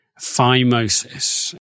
phimosis